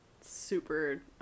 super